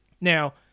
Now